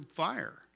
fire